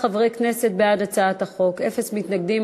12 חברי כנסת בעד הצעת החוק, אין מתנגדים.